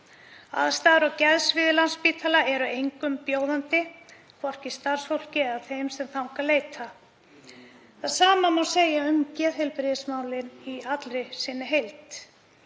Aðstæður á geðsviði Landspítala eru engum bjóðandi, hvorki starfsfólki né þeim sem þangað leita. Það sama má segja um geðheilbrigðismálin í allri sinni heild,